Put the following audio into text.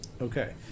Okay